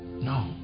No